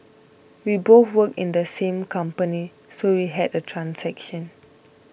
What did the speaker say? we both work in the same company so we had a transaction